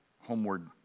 homeward